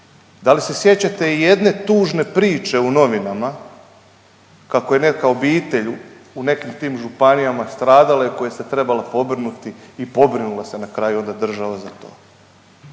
Da li se sjećate i jedne tužne priče u novinama kako je neka obitelj u nekakvim županijama stradala i koja se trebala pobrinuti i pobrinula se na kraju onda država za to.